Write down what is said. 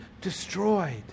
destroyed